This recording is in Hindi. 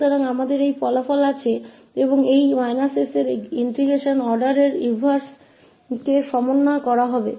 तो हमारे पास यह परिणाम है और यह 𝑠 integration के क्रम को उलटने के लिए समायोजित किया जाएगा